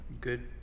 Good